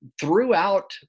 Throughout